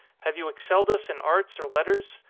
have you excelled us in arts or letters?